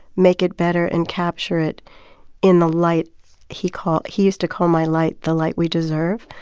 make it better and capture it in the light he called he used to call my light the light we deserve.